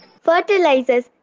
Fertilizers